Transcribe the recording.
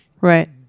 right